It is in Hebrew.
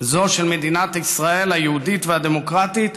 זו של מדינת ישראל היהודית והדמוקרטית,